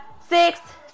six